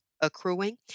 accruing